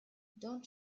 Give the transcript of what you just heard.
don’t